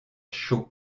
chaud